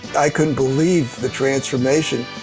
i couldn't believe the transformation.